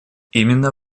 именно